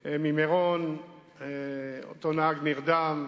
ממירון, אותו נהג נרדם,